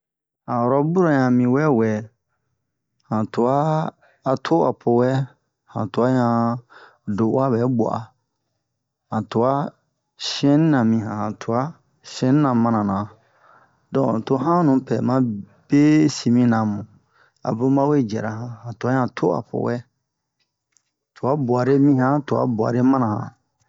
Han orobura yan miwɛ wɛ han twa a to'a po wɛ han twa yan do'a bɛ bwa han twa shɛnina mi han twa shɛnina mana na don to hanu pɛ ma be simi na mu a bun ba we jɛra han han twa yan to'a po wɛ twa bu'are mi han twa bu'are mana han